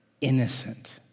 innocent